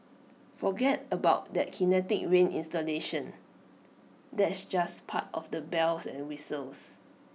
forget about that kinetic rain installation that's just part of the bells and whistles